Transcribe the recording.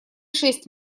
шесть